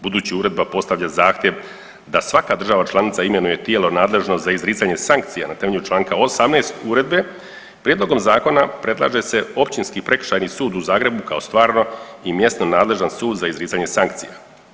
Budući uredba postavlja zahtjev da svaka država članica imenuje tijelo nadležno za izricanje sankcija na temelju čl. 18. uredbe, prijedlogom zakona predlaže se Općinski prekršajni sud u Zagrebu kao stvarno i mjesno nadležan sud za izricanje sankcija.